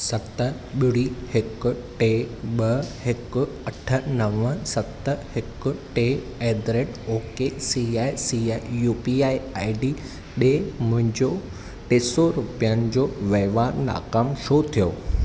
सत ॿुड़ी हिकु टे ॿ हिकु अठ नव सत हिकु टे at the rate O K C I C I U P I I D ॾे मुंहिंजो टे सौ रुपियनि जो वहिंवारु नाकाम छो थियो